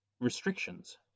restrictions